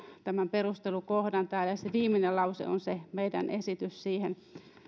tämän perustelukohdan viimeinen lause täällä on se meidän esityksemme siihen